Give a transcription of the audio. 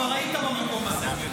כבר היית במקום הזה.